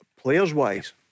players-wise